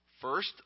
First